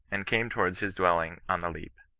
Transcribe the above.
and came towards his dwelling on the leap.